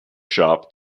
shop